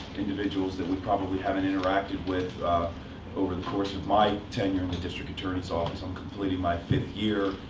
individuals that we probably haven't interacted with over the course of my tenure in the district attorney's office. i'm completing my fifth year.